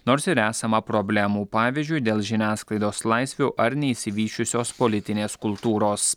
nors ir esama problemų pavyzdžiui dėl žiniasklaidos laisvių ar neišsivysčiusios politinės kultūros